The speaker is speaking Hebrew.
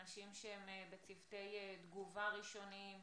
אנשים שהם בצוותי תגובה ראשוניים,